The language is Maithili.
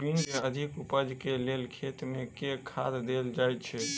बीन्स केँ अधिक उपज केँ लेल खेत मे केँ खाद देल जाए छैय?